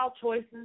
choices